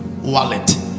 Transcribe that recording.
wallet